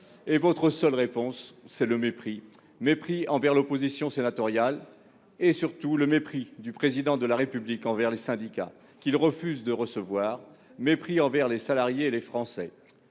Votre seule réponse, c'est le mépris. Mépris envers l'opposition sénatoriale. Mépris, surtout, du Président de la République envers les syndicats, qu'il refuse de recevoir. Mépris envers les salariés et les Français.